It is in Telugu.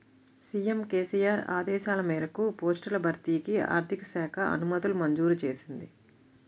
సీఎం కేసీఆర్ ఆదేశాల మేరకు పోస్టుల భర్తీకి ఆర్థిక శాఖ అనుమతులు మంజూరు చేసింది